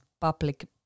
public